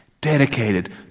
dedicated